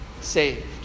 saved